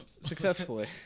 successfully